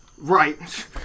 Right